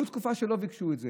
הייתה תקופה שלא ביקשו את זה,